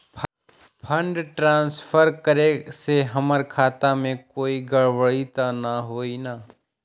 Fund transfer करे से हमर खाता में कोई गड़बड़ी त न होई न?